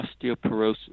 osteoporosis